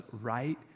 right